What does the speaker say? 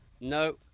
No